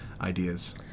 ideas